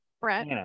Brett